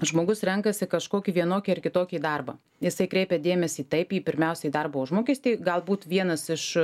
žmogus renkasi kažkokį vienokį ar kitokį darbą jisai kreipia dėmesį taip į pirmiausia į darbo užmokestį galbūt vienas iš